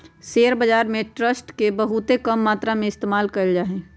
share बाजार में trust के बहुत कम मात्रा में इस्तेमाल कइल जा हई